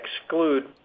exclude